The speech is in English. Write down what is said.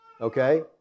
okay